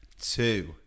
Two